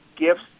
gifts